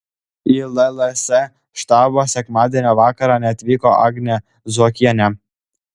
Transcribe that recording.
į lls štabą sekmadienio vakarą neatvyko agnė zuokienė